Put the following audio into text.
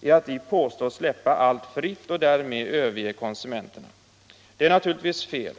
är att vi påstås släppa allt fritt och därigenom överge konsumenterna. Det är naturligtvis fel.